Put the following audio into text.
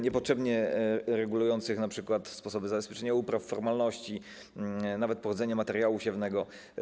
niepotrzebnie regulujących np. sposoby zabezpieczenia upraw, formalności, nawet pochodzenie materiału siewnego.